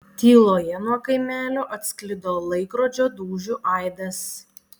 tyloje nuo kaimelio atsklido laikrodžio dūžių aidas